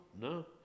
No